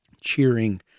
cheering